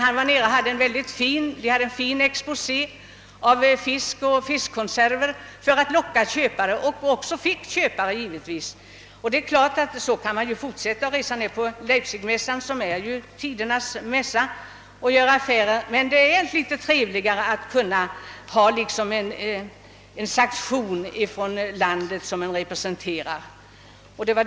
Man gjorde en fin exposé av fisk och fiskkonserver för att locka köpare och fick givetvis också köpare. Man kan naturligtvis fortsätta att på detta sätt göra affärer via Leipzigmässan, som ju är tidernas mässa. Men det är trevligare att ha en sanktion från det land man representerar.